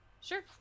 sure